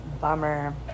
bummer